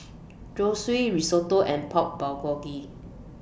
Zosui Risotto and Pork Bulgogi